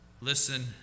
listen